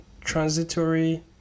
transitory